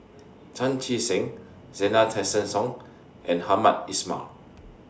Chan Chee Seng Zena Tessensohn and Hamed Ismail